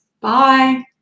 Bye